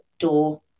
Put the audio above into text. Door